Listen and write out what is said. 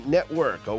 Network